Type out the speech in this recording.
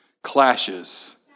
clashes